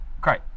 Great